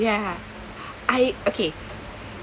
ya I okay